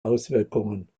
auswirkungen